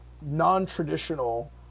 non-traditional